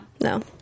No